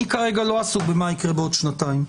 אני כרגע לא עסוק במה יקרה בעוד שנתיים.